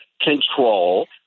control